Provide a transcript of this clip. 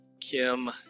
Kim